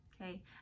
Okay